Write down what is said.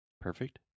Perfect